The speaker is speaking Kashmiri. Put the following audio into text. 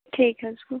ٹھیٖک حظ چھُ